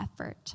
effort